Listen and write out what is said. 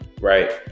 right